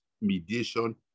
mediation